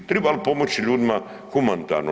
Tribal pomoći ljudima humanitarno?